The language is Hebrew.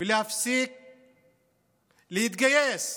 ולהפסיק להתגייס,